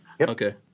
Okay